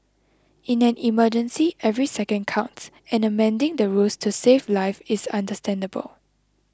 in an emergency every second counts and amending the rules to save lives is understandable